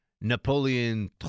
Napoleon